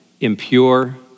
impure